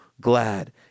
glad